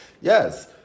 Yes